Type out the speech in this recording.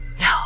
No